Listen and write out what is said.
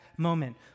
moment